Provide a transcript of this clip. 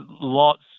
lots